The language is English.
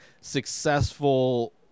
successful